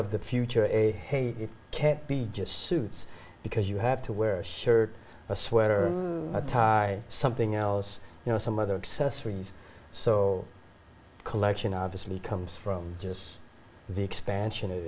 of the future a day it can't be just suits because you have to wear a shirt a sweater a tie something else you know some other accessories so collection obviously comes from just the expansion of